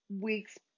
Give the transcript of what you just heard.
week's